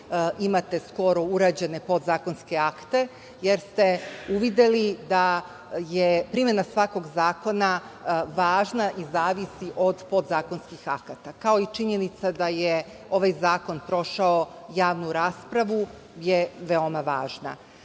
imate skoro urađene podzakonske akte, jer ste uvideli da je primena svakog zakona važna i zavisi od podzakonskih akata, kao i činjenica da je ovaj zakon prošao javnu raspravu je veoma važna.U